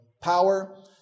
power